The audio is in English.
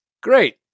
Great